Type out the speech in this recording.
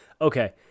Okay